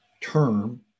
term